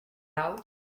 out